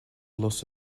loss